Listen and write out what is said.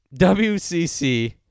WCC